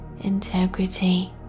integrity